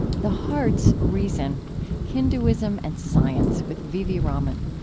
the heart's reason hinduism and science, with v v. raman.